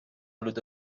آلوده